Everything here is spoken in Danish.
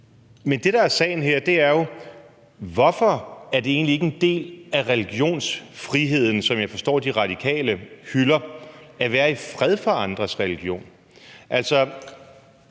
Men det, der er sagen her, er jo, hvorfor det egentlig ikke er en del af religionsfriheden, som jeg forstår De Radikale hylder, at være i fred for andres religion? Altså,